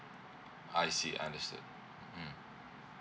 I see understood mm